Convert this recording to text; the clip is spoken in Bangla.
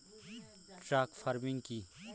ট্রাক ফার্মিং কি?